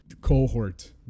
cohort